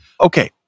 Okay